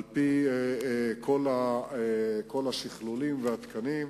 עם כל השכלולים והתקנים.